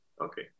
okay